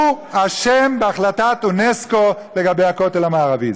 הוא אשם בהחלטת אונסק"ו לגבי הכותל המערבי.